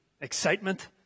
excitement